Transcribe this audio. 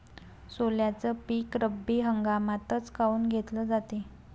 सोल्याचं पीक रब्बी हंगामातच काऊन घेतलं जाते?